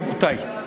רבותי,